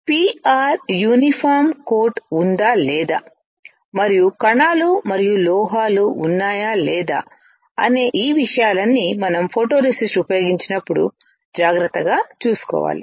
PR uniformly coat ఉందా లేదా మరియు కణాలు మరియు లోపాలు ఉన్నాయా లేదా అనే ఈ విషయాలన్నీ మనం ఫోటోరేసిస్ట్ ఉపయోగించినప్పుడు జాగ్రత్తగా చూసుకోవాలి